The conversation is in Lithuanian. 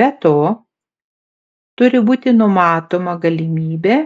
be to turi būti numatoma galimybė